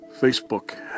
Facebook